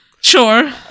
Sure